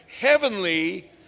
heavenly